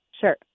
Sure